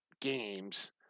games